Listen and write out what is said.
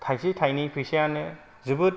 थायसे थायनै फैसायानो जोबोद